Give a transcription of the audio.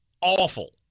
awful